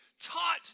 taught